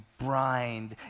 brined